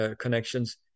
connections